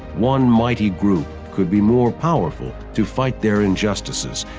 one mighty group could be more powerful to fight their injustices,